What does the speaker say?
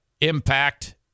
impact